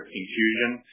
infusion